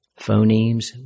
phonemes